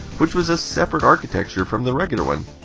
which was a separate architecture from the regular one.